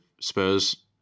Spurs